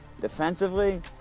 Defensively